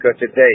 today